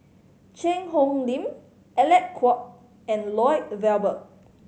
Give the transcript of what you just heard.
Cheang Hong Lim Alec Kuok and Lloyd Valberg